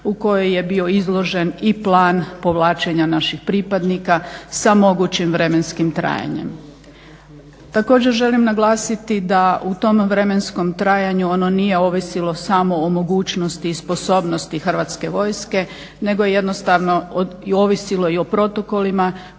u kojoj je bio izložen i plan povlačenja naših pripadnika sa mogućim vremenskim trajanjem. Također želim naglasiti da u tom vremenskom trajanju ono nije ovisilo samo o mogućnosti i sposobnosti Hrvatske vojske, nego je jednostavno ovisilo i o protokolima